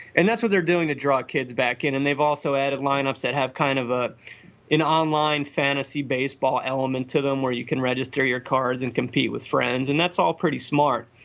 and that's what they're doing to draw kids back in and they've also added lineups that have kind of ah you online fantasy baseball element to them, where you can register your cards and compete with friends. and that's all pretty smart,